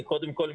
קודם כול,